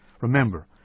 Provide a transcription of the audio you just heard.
Remember